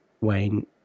Wayne